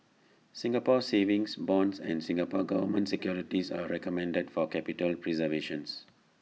Singapore savings bonds and Singapore Government securities are recommended for capital preservation